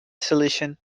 solution